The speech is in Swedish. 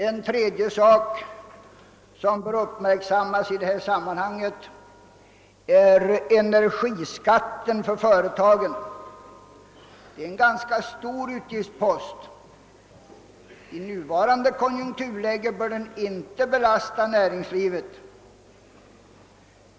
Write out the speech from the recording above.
En tredje sak som bör uppmärksammas i detta sammanhang är energiskatten för företagen. Detta är en ganska stor utgiftspost. I nuvarande konjunkturläge bör den inte belasta näringslivet.